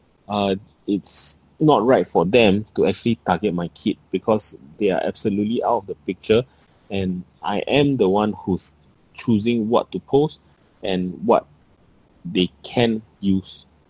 uh it's not right for them to actually target my kid because they are absolutely out of the picture and I am the one who's choosing what to post and what they can use